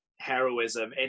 heroism